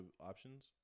options